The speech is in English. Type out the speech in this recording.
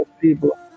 people